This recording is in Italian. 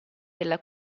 della